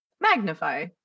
magnify